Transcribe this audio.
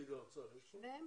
נציג האוצר יש פה?